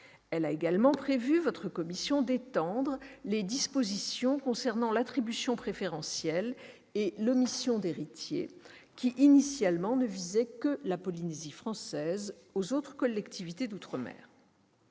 Elle a également prévu d'étendre les dispositions concernant l'attribution préférentielle et l'omission d'héritiers, qui, initialement, ne visaient que la Polynésie française, aux autres collectivités d'outre-mer.